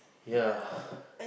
ya